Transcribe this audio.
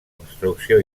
construcció